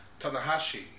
Tanahashi